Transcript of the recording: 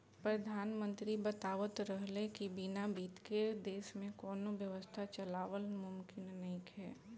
प्रधानमंत्री बतावत रहले की बिना बित्त के देश में कौनो व्यवस्था चलावल मुमकिन नइखे